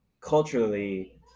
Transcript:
culturally